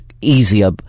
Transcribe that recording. easier